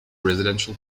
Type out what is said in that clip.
residential